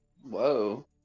Whoa